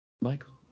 Michael